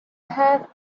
have